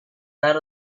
that